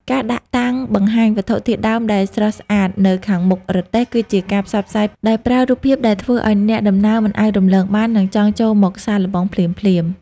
ការដាក់តាំងបង្ហាញវត្ថុធាតុដើមដែលស្រស់ស្អាតនៅខាងមុខរទេះ គឺជាការផ្សព្វផ្សាយដោយប្រើរូបភាពដែលធ្វើឱ្យអ្នកដំណើរមិនអាចរំលងបាន និងចង់ចូលមកសាកល្បងភ្លាមៗ។